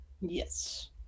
Yes